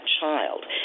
child